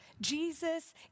Jesus